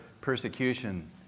persecution